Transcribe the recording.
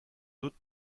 doute